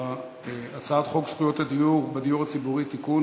בהצעת חוק זכויות הדייר בדיור הציבורי (תיקון,